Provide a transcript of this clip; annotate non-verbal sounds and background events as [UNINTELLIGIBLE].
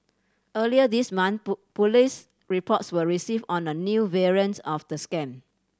earlier this month [UNINTELLIGIBLE] police reports were received on a new variants of the scam